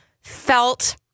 felt